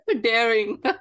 daring